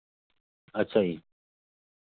अच्छा जी